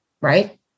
Right